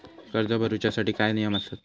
कर्ज भरूच्या साठी काय नियम आसत?